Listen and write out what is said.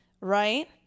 Right